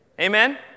amen